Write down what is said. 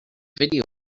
video